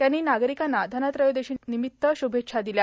त्यांनी नागरिकांना धनत्रयोदशीनिमित्त शुभेच्छा दिल्या